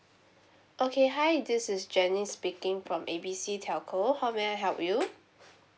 okay hi this is janice speaking from A B C telco how may I help you